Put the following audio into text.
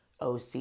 OC